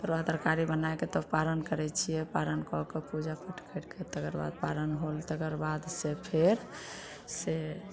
तरुआ तरकारी बनाएके तब पारण करैत छियै पारण कऽ कऽ पूजा पाठ करि कऽ तकरबाद पारण होल तकरबाद से फेर से